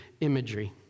imagery